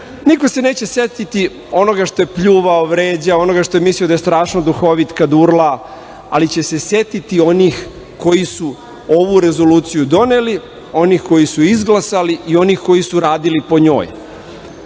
niko se neće setiti onoga što je pljuvao, vređao onoga što je mislio da je strašno duhovit kad urla, ali će se setiti onih koji su ovu rezoluciju doneli, oni koji su izglasali i oni koji su radili po njoj.